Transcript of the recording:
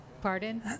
Pardon